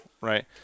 right